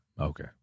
Okay